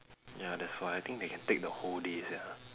ya that's why I think they can take the whole day sia